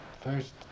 first